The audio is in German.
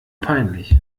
peinlich